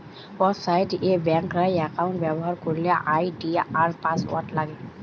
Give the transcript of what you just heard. website এ ব্যাংকার account ব্যবহার করলে আই.ডি আর পাসওয়ার্ড লাগে